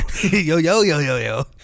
Yo-yo-yo-yo-yo